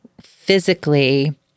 physically